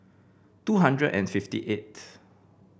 two hundred and fifty eighth